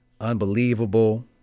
Unbelievable